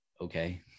Okay